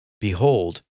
Behold